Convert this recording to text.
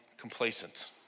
complacent